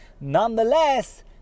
nonetheless